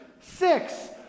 Six